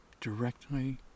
Directly